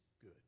good